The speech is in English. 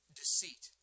deceit